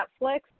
Netflix